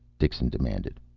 dixon demanded.